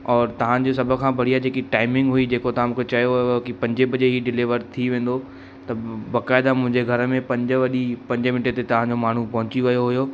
औरि तव्हांजो सभु खां बढ़िया जेकी टाइमिंग हुई जेको ता मुखे चयो हुयव की पंजे वजे ई डिलीवर थी वेंदो त बक़ाइदा मुंहिंजे घर में पंजे वजी पंजे मिंटे ते तव्हांजो माण्हू पहुची वियो हुओ